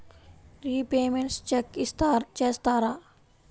Repayments check చేస్తారా?